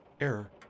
Error